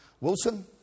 Wilson